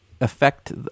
affect